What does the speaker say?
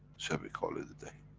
shall we call it a day?